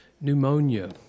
pneumonia